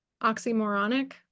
oxymoronic